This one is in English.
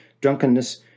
drunkenness